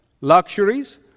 luxuries